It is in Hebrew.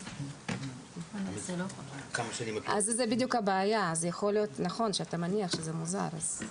יש עוד כמה עבירות מין ועבירות איומים,